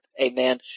Amen